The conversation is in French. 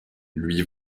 lui